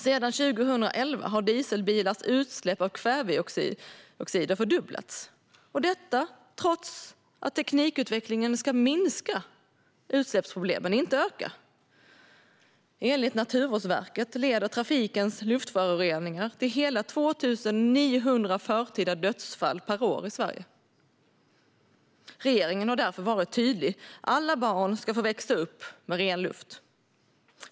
Sedan 2011 har dieselbilars utsläpp av kväveoxider fördubblats, trots att teknikutvecklingen ska minska utsläppsproblemen, inte öka dem. Enligt Naturvårdsverket leder trafikens luftföroreningar till hela 2 900 förtida dödsfall per år i Sverige. Regeringen har därför varit tydlig med att alla barn ska få växa upp med ren luft.